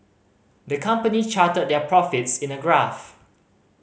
the company charted their profits in a graph